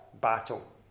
battle